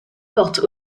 portent